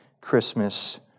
Christmas